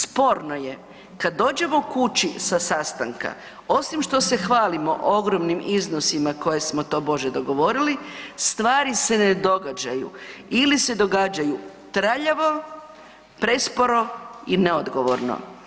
Sporno je kad dođemo kući sa sastanka osim što se hvalimo ogromnim iznosima koje smo tobože dogovorili stvari se ne događaju ili se događaju traljavo, presporo i neodgovorno.